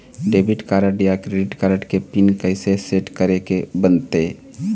Debit card या credit card के pin कइसे सेट करे के बनते?